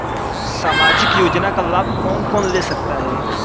सामाजिक योजना का लाभ कौन कौन ले सकता है?